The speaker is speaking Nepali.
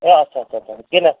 ए अच्छा अच्छा किन